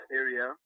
area